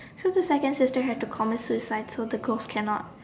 so the second sister had to commit suicide so the ghost cannot